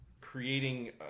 creating